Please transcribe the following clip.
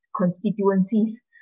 constituencies